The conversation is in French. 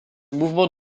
mouvement